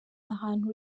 ahantu